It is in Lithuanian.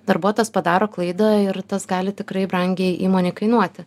darbuotojas padaro klaidą ir tas gali tikrai brangiai įmonei kainuoti